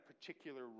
particular